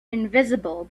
invisible